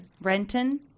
Renton